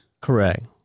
Correct